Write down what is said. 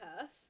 purse